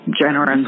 generous